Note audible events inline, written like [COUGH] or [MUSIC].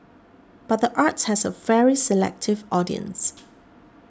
but the arts has a very selective audience [NOISE]